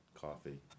coffee